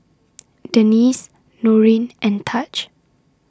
Denese Norine and Taj